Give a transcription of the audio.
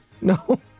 no